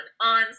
on